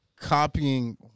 copying